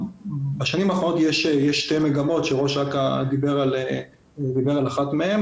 בשנים האחרונות יש שתי מגמות שראש אכ"א דיבר על אחת מהן.